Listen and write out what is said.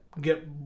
get